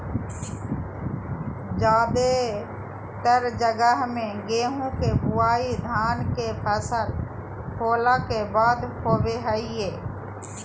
जादेतर जगह मे गेहूं के बुआई धान के फसल होला के बाद होवो हय